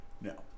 No